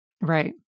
Right